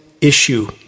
issue